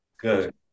Good